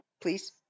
please